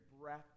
breath